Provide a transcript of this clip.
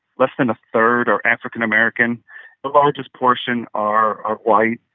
less than a third are african-american. the largest portion are are white.